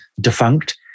defunct